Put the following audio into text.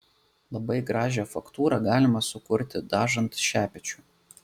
labai gražią faktūrą galima sukurti dažant šepečiu